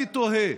אני תוהה: